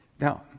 Now